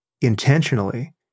intentionally